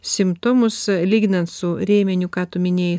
simptomus lyginant su rėmeniu ką tu minėjai